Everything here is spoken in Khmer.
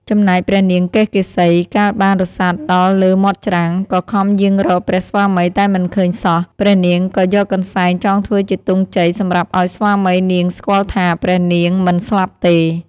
ចំណែកព្រះនាងកេសកេសី កាលបានរសាត់ដល់លើមាត់ច្រាំង ក៏ខំយាងរកព្រះស្វាមីតែមិនឃើញសោះ ព្រះនាងក៏យកកន្សែងចងធ្វើជាទង់ជ័យសម្រាប់ឲ្យស្វាមីនាងស្គាល់ថា ព្រះនាងមិនស្លាប់ទេ។